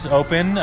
open